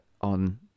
on